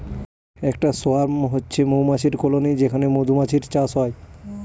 একটা সোয়ার্ম হচ্ছে মৌমাছির কলোনি যেখানে মধুমাছির চাষ হয়